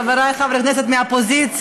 חבריי חברי הכנסת מהאופוזיציה,